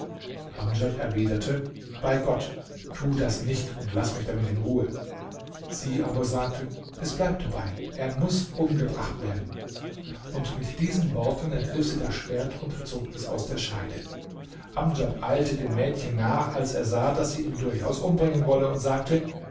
amdjad erwiderte bei gott tu das nicht und laß mich damit in ruhe sie aber sagte es bleibt dabei er muß umgebracht werden und mit diesen worten ergriff sie das schwert und zog es aus der scheide amdjad eilte dem mädchen nach als er sah daß sie ihn durchaus umbringen wolle und sagte